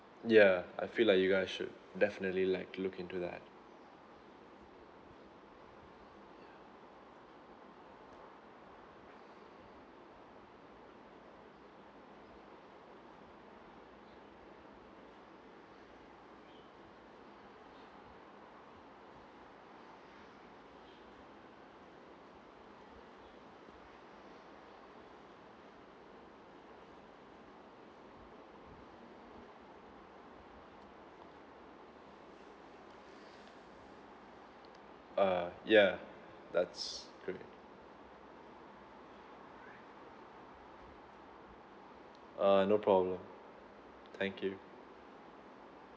yeah I feel like you guys should definitely like look into that err yeah that's great err no problem thank you